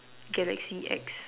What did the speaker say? Galaxy X